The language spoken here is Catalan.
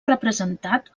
representat